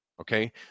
okay